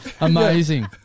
Amazing